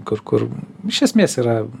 kur kur iš esmės yra